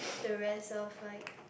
the rest of like